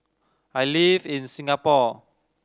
I live in Singapore